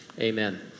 Amen